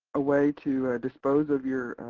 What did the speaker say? a way to dispose of your